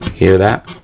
hear that?